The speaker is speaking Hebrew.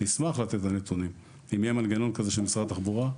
אנחנו נשמח לתת את הנתונים אם יהיה מנגנון כזה של משרד התחבורה,